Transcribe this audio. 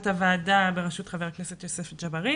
הילד בראשות חבר הכנסת יוסף ג'בארין